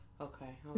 Okay